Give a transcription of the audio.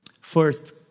First